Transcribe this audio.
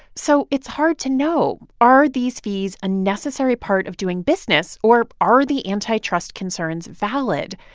so it's hard to know are these fees a necessary part of doing business or are the antitrust concerns valid,